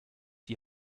die